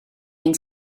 ein